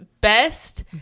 best